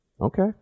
Okay